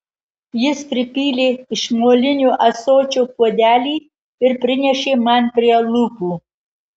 jis pripylė iš molinio ąsočio puodelį ir prinešė man prie lūpų